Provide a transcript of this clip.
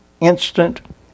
instant